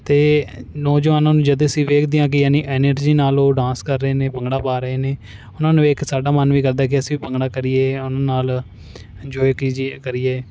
ਅਤੇ ਨੌਜਵਾਨਾਂ ਨੂੰ ਜਦ ਅਸੀਂ ਵੇਖਦੇ ਹਾਂ ਕਿ ਇੰਨੀ ਐਨਰਜੀ ਨਾਲ ਉਹ ਡਾਂਸ ਕਰ ਰਹੇ ਨੇ ਭੰਗੜਾ ਪਾ ਰਹੇ ਨੇ ਉਨ੍ਹਾਂ ਨੂੰ ਵੇਖ ਕੇ ਸਾਡਾ ਮਨ ਵੀ ਕਰਦਾ ਕਿ ਅਸੀਂ ਭੰਗੜਾ ਕਰੀਏ ਉਨ੍ਹਾਂ ਨਾਲ ਇੰਜੋਏ ਕੀਜੀਏ ਕਰੀਏ